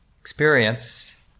experience